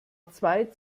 zwei